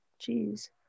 Jeez